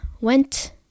went